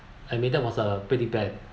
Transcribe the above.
admitted was a pretty bad